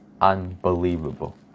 unbelievable